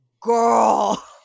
girl